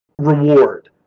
reward